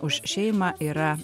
už šeimą yra